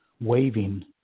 waving